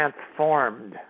transformed